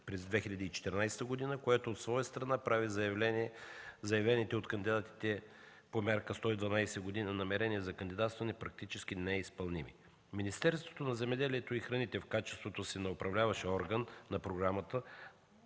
през 2014 г., което от своя страна прави заявените от кандидатите по Мярка 112 намерения за кандидатстване практически неизпълними. Министерството на земеделието и храните в качеството си на управляващ орган на програмата